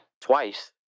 twice